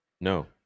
No